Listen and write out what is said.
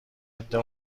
عده